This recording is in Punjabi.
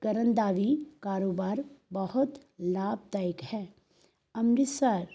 ਕਰਨ ਦਾ ਵੀ ਕਾਰੋਬਾਰ ਬਹੁਤ ਲਾਭਦਾਇਕ ਹੈ ਅੰਮ੍ਰਿਤਸਰ